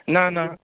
না না